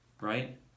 Right